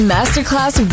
Masterclass